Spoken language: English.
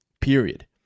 period